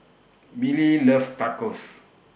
Millie loves Tacos